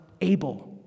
able